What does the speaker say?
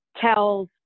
tells